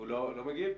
לא מגיב?